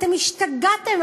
אתם השתגעתם.